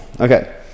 Okay